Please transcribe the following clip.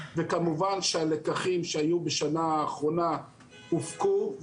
וכמובן שהלקחים שהיו בשנה אחרונה הופקו.